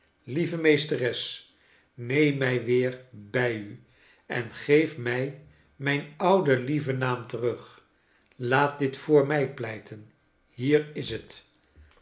lieve meesteres neem mij weer bij u en geef mi mijn ouden lieven naam terug laat dit voor mij pleiten hier is het